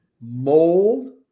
mold